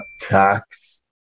Tax